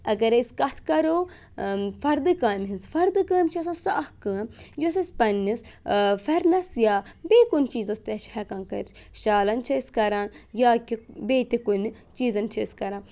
اَگر أسۍ کَتھ کَرو فَردٕ کامہِ ہِنٛز فَردٕ کٲم چھِ آسان سۄ اَکھ کٲم یۄس اَسہِ پنٛنِس فٮ۪رنَس یا بیٚیہِ کُنہِ چیٖزَس تہِ چھِ ہٮ۪کان کٔرِتھ شالَن چھِ أسۍ کَران یا کہِ بیٚیہِ تہِ کُنہِ چیٖزَن چھِ أسۍ کَران